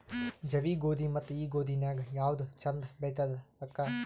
ಜವಿ ಗೋಧಿ ಮತ್ತ ಈ ಗೋಧಿ ನ್ಯಾಗ ಯಾವ್ದು ಛಂದ ಬೆಳಿತದ ಅಕ್ಕಾ?